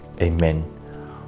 Amen